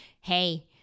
hey